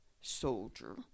soldier